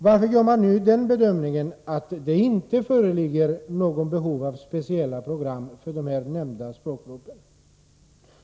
Varför gör man nu bedömningen att det inte föreligger något behov av speciella program för de nämnda språkgrupperna?